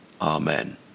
Amen